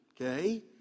okay